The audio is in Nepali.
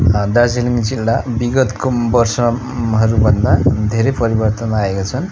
दार्जिलिङ जिल्ला विगतको वर्षहरूभन्दा धेरै परिवर्तन आएका छन्